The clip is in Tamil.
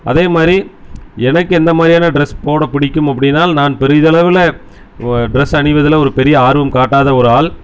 அதே மாதிரி எனக்கு எந்த மாதிரியான ட்ரெஸ் போடப்பிடிக்கும் அப்டின்னால் நான் பெரிதளவில ட்ரெஸ் அணிவதில் ஒரு பெரிய ஆர்வம் காட்டாத ஒரு ஆள்